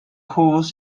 holds